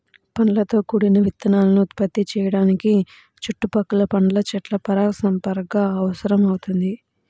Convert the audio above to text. పండ్లతో కూడిన విత్తనాలను ఉత్పత్తి చేయడానికి చుట్టుపక్కల పండ్ల చెట్ల పరాగసంపర్కం అవసరమవుతుంది